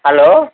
hello